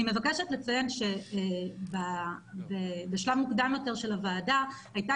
אני מבקשת לציין שבשלב מוקדם יותר של הוועדה הייתה